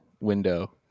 window